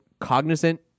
cognizant